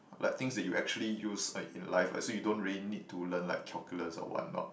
like things that you actually use like in life as so you don't really need to learn like calculus or what not